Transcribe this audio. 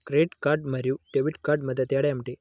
Credit card మరియు debit card మధ్య తేడా ఏమిటి?